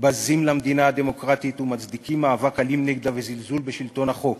בזים למדינה הדמוקרטית ומצדיקים מאבק אלים נגדה וזלזול בשלטון החוק.